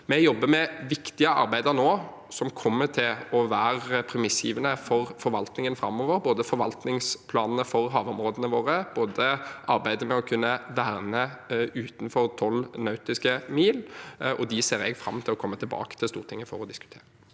Vi jobber med viktige arbeider nå, noe som kommer til å være premissgivende for forvaltningen framover: både forvaltningsplanene for havområdene våre og arbeidet med å verne utenfor 12 nautiske mil. Dem ser jeg fram til å komme tilbake til Stortinget for å diskutere.